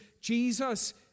Jesus